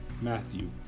Matthew